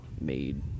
made